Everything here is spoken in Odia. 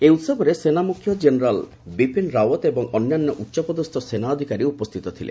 ଏହି ଉହବରେ ସେନା ମ୍ରଖ୍ୟ ଜେନେରାଲ୍ ବିପିନ୍ ରାଓଡତ୍ ଏବଂ ଅନ୍ୟାନ୍ୟ ଉଚ୍ଚପଦସ୍ଥ ସେନା ଅଧିକାରୀ ଉପସ୍ଥିତ ଥିଲେ